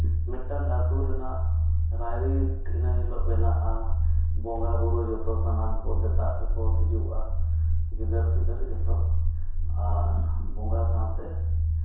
ᱢᱤᱫᱴᱟᱝ ᱟᱹᱛᱩ ᱨᱮᱱᱟᱜ ᱨᱟᱭᱨᱤᱛ ᱤᱱᱟᱹ ᱦᱤᱞᱳᱜ ᱵᱮᱱᱟᱜᱼᱟ ᱵᱚᱸᱜᱟᱼᱵᱩᱨᱩ ᱡᱚᱛᱚ ᱥᱟᱱᱟᱢ ᱠᱚ ᱥᱮᱛᱟᱜ ᱨᱮᱠᱚ ᱦᱤᱡᱩᱜᱼᱟ ᱜᱤᱫᱟᱹᱨᱼᱯᱤᱫᱟᱹᱨ ᱡᱚᱛᱚ ᱟᱨ ᱵᱚᱸᱜᱟ ᱥᱟᱶᱛᱮ